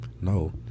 No